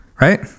Right